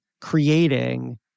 creating